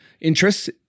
interests